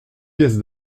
pièces